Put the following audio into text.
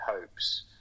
hopes